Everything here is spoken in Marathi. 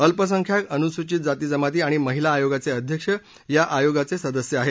अल्पसंख्यांक अनुसूचित जाती जमाती आणि महिला आयोगाचे अध्यक्ष या आयोगाचे सदस्य आहेत